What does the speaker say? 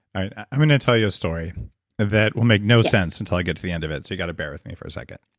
i'm going to tell you a story that will make no sense until i get to the end of it, so you got to bear with me for a second